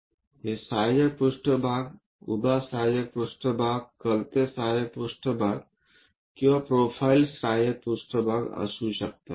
ही सहाय्यक पृष्ठभाग उभा सहाय्यक पृष्ठभाग कलते सहाय्यक पृष्ठभाग आणि प्रोफाइल सहाय्यक पृष्ठभाग असू शकतात